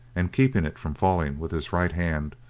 and keeping it from falling with his right hand,